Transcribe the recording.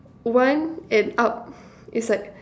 one and up is like